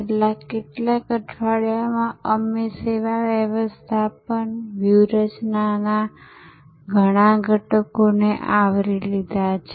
છેલ્લા કેટલાક અઠવાડિયામાં અમે સેવા વ્યવસ્થાપન વ્યૂહરચનાના ઘણા ઘટકોને આવરી લીધા છે